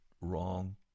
Wrong